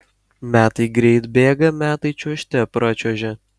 metai greit bėga metai čiuožte pračiuožia